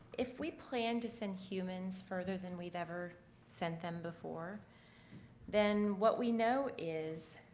if we plan to send humans further than we've ever sent them before then what we know is